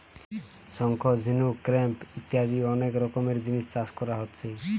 শঙ্খ, ঝিনুক, ক্ল্যাম ইত্যাদি অনেক রকমের জিনিস চাষ কোরা হচ্ছে